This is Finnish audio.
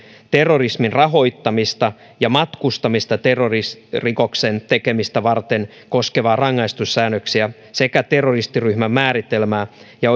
terrorismin rahoittamista ja matkustamista terrorismirikoksen tekemistä varten koskevia rangaistussäännöksiä sekä terroristiryhmän määritelmää ja